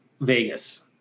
vegas